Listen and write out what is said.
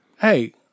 Hey